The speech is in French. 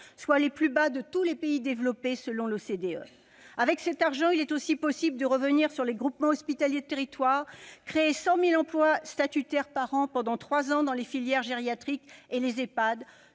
soient les plus bas de tous les pays développés, selon l'OCDE ? Avec cet argent, il est aussi possible de revenir sur les groupements hospitaliers de territoire, de créer 100 000 emplois statutaires par an, pendant trois ans, dans les filières gériatriques et les Ehpad,